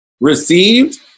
received